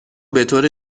بطور